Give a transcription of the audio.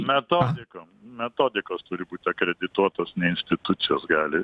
metodikom metodikos turi būti akredituotos institucijos gali